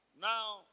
Now